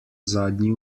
zadnji